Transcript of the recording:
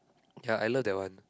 okay I love that one